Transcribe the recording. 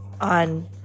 on